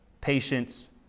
patience